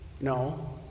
No